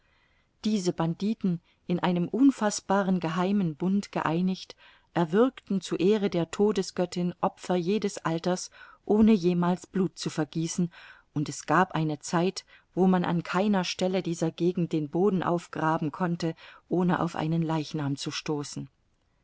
diese banditen in einem unfaßbaren geheimen bund geeinigt erwürgten zur ehre der todesgöttin opfer jedes alters ohne jemals blut zu vergießen und es gab eine zeit wo man an keiner stelle dieser gegend den boden aufgraben konnte ohne auf einen leichnam zu stoßen